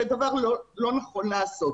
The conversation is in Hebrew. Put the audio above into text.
זה לא נכון לעשות.